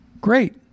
Great